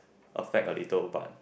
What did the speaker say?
affect a little but